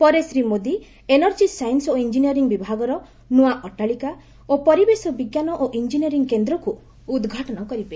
ପରେ Shri Modi energy science ଓ engineering ବିଭାଗର ନ୍ତଆ ଅଟ୍ଟାଳିକା ଓ ପରିବେଶ ବିଜ୍ଞାନ ଓ ଇଞ୍ଜିନିୟରିଂ କେନ୍ଦ୍ରକୁ ଉଦ୍ଘାଟନ କରିବେ